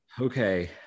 okay